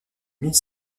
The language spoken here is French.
mille